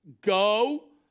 go